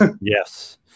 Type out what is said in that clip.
Yes